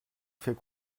fait